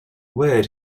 word